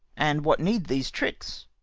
and what needs these tricks?